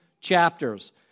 chapters